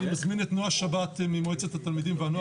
אני מזמין את נועה שבת ממועצת התלמידים והנוער.